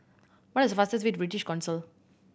what is the fastest way to British Council